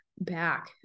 back